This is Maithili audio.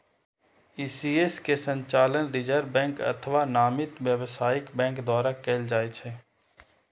ई.सी.एस के संचालन रिजर्व बैंक अथवा नामित व्यावसायिक बैंक द्वारा कैल जाइ छै